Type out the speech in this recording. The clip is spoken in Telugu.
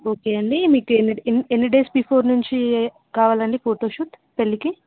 ఓకే అండి మీకు ఎన్ని ఎన్ని ఎన్ని డేస్ బిఫోర్ నుంచి కావాలండి ఫోటోషూట్ పెళ్ళికి